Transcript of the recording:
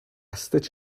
stitch